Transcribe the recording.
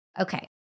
Okay